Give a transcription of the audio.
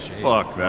fuck